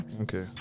Okay